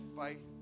faith